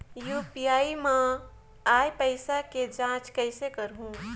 UPI मा आय पइसा के जांच कइसे करहूं?